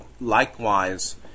likewise